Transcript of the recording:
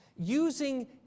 using